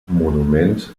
monuments